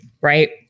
right